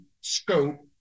scope